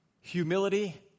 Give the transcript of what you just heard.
Humility